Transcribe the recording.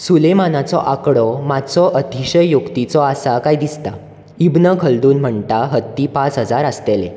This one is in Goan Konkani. सुलेमानाचो आंकडो मात्सो अतिशयोक्तीचो आसा काय दिसता इब्न खल्दून म्हणटा हत्ती पांच हजार आसतेले